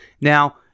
Now